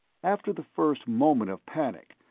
after the first moment of panic,